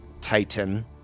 Titan